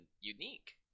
unique